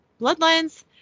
Bloodlines